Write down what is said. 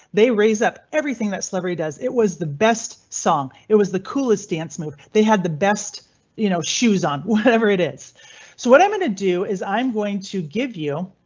they raise up everything that celebrity does. it was the best song. it was the coolest dance move they had the best you know shoes on, whatever it is. so what i'm going to do is i'm going to give you.